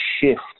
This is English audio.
shift